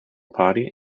party